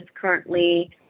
currently